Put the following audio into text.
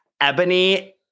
Ebony